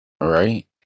Right